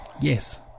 Yes